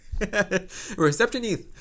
Receptionist